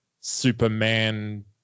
Superman